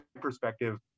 perspective